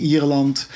Ierland